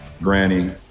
Granny